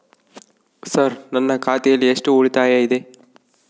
Sir ನನ್ನ ಖಾತೆಯಲ್ಲಿ ಎಷ್ಟು ಉಳಿತಾಯ ಇದೆ?